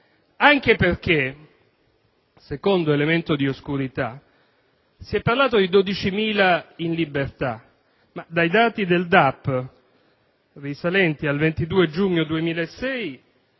anche perché, secondo elemento di oscurità, si è parlato di 12.000 detenuti in libertà. Dai dati del DAP, risalenti al 22 giugno 2006,